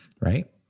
Right